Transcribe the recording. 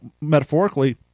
metaphorically